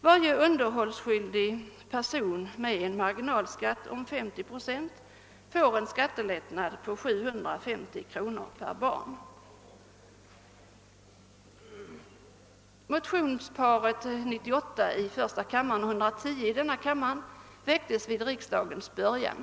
Varje underhållsskyldig person med en marginalskatt om 50 procent får cen skattelättnad på 750 kronor per barn. Motionsparet I: 98 och II: 110 väcktes vid riksdagens början.